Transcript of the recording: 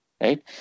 right